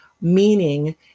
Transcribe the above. meaning